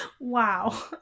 wow